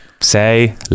say